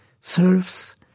serves